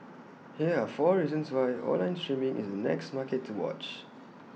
here are four reasons why online streaming is the next market to watch